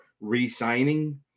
re-signing